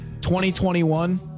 2021